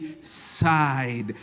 side